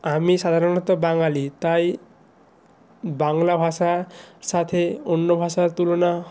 আমি সাধারণত বাঙালি তাই বাংলা ভাষা সাথে অন্য ভাষার তুলনা